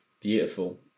Beautiful